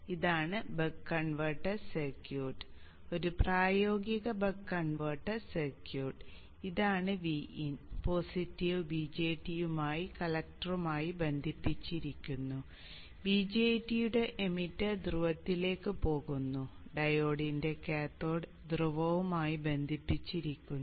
ഇതാണ് buck converter circuit ഒരു പ്രായോഗിക ബക്ക് കൺവെർട്ടർ സർക്യൂട്ട് ഇതാണ് Vin പോസിറ്റീവ് BJTയുടെ കളക്ടറുമായി ബന്ധിപ്പിച്ചിരിക്കുന്നു BJTയുടെ എമിറ്റർ ധ്രുവത്തിലേക്ക് പോകുന്നു ഡയോഡിന്റെ കാഥോഡ് ധ്രുവവുമായി ബന്ധിപ്പിച്ചിരിക്കുന്നു